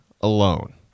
alone